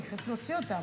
אני חייבת להוציא אותם,